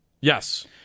Yes